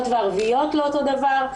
וערביות לא אותו דבר.